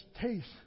taste